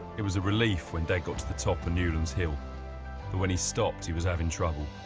it was a relief when dad got to the top of newlands hill. but when he stopped, he was having trouble.